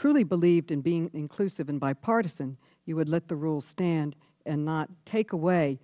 truly believed in being inclusive and bipartisan you would let the rule stand and not take away